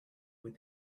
with